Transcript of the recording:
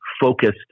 focused